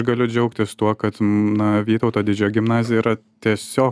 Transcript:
galiu džiaugtis tuo kad nuo vytauto didžiojo gimnazija yra tiesiog